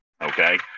Okay